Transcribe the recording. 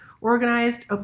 organized